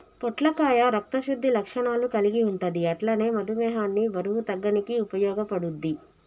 పొట్లకాయ రక్త శుద్ధి లక్షణాలు కల్గి ఉంటది అట్లనే మధుమేహాన్ని బరువు తగ్గనీకి ఉపయోగపడుద్ధి